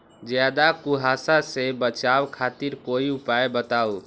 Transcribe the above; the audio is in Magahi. ज्यादा कुहासा से बचाव खातिर कोई उपाय बताऊ?